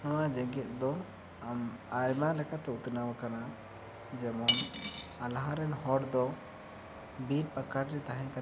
ᱱᱚᱣᱟ ᱡᱮᱜᱮᱛ ᱫᱚ ᱟᱢ ᱟᱭᱢᱟ ᱞᱮᱠᱟᱛᱮ ᱩᱛᱱᱟᱹᱣ ᱟᱠᱟᱱᱟ ᱡᱮᱢᱚᱱ ᱞᱟᱦᱟ ᱨᱮᱱ ᱦᱚᱲ ᱫᱚ ᱵᱤᱨ ᱯᱟᱠᱟᱲ ᱨᱮ ᱛᱟᱦᱮᱸ ᱠᱟᱛᱮᱜ